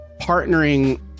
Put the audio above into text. partnering